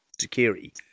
security